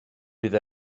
bydd